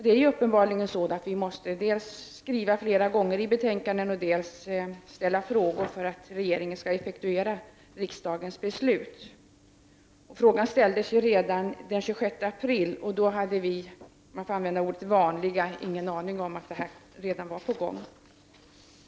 Det är uppenbarligen så, att vi måste dels skriva fler betänkanden, dels ställa fler frågor för att regeringen skall effektuera riksdagens beslut. Frågan ställdes redan den 26 april, och då hade vi vanliga — man får använda det ordet — människor ingen aning om att det här redan var på gång.